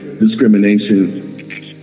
discrimination